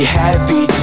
heavy